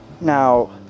Now